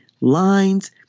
lines